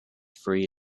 free